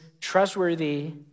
trustworthy